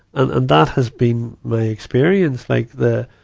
and, and that has been my experience. like, the,